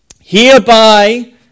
Hereby